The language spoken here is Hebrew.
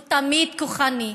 הוא תמיד כוחני,